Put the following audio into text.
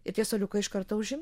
ir tie suoliukai iš karto užim